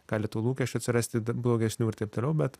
gali tų lūkesčių atsirasti d blogesnių ir taip toliau bet